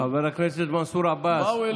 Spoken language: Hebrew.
חברי הכנסת מנסור עבאס,